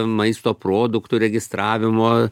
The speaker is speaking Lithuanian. maisto produktų registravimo